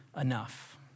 enough